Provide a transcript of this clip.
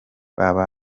baba